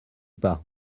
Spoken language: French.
pas